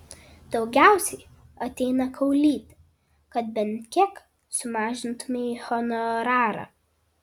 daugiausiai ateina kaulyti kad bent kiek sumažintumei honorarą